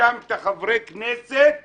שהאשמת חברי כנסת בפופוליזם,